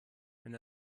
wenn